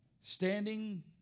Standing